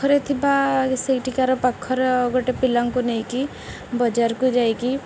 ପାଖରେ ଥିବା ସେଇଠିକାର ପାଖର ଗୋଟେ ପିଲାଙ୍କୁ ନେଇକରି ବଜାରକୁ ଯାଇକି